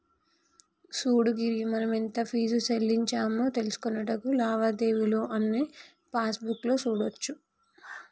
సూడు గిరి మనం ఎంత ఫీజు సెల్లించామో తెలుసుకొనుటకు లావాదేవీలు అన్నీ పాస్బుక్ లో సూడోచ్చు